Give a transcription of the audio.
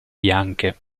bianche